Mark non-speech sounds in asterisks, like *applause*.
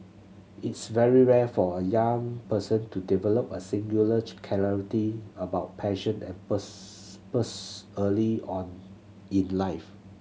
it's very rare for a young person to develop a singular *unintelligible* clarity about passion and *unintelligible* early on in life